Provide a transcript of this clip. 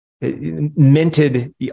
minted